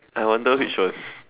I wonder which one